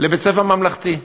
לבית-ספר ממלכתי.